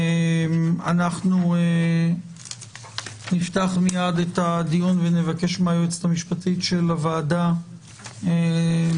אנחנו נפתח מיד את הדיון ונבקש מהיועצת המשפטית של הוועדה להציג